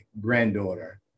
granddaughter